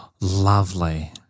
Lovely